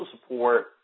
support